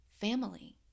Family